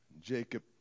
Jacob